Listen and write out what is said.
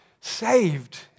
saved